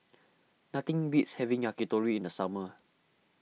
nothing beats having Yakitori in the summer